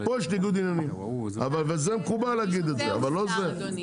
פה יש ניגוד עניינים וזה מקובל להגיד את זה אבל לא כאן.